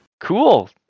Cool